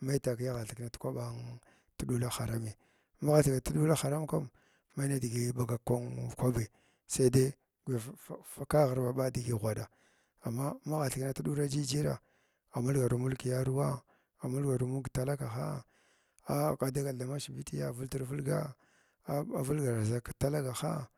Me takiya agha thekna təɗula harami magha thekna tədula haran kam me nidigi ɓagak kan kwabi sai fe guya fif fuka ghr maɓa digi ghuaɗa amma magha thekna tədula jijira a mulgaru mulg kəgarawa amʊlgaru mulg kətalagaha á kwa dagal da mashbitiya viltirvilga a vilga zak kəltalagaha